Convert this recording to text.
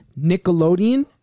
Nickelodeon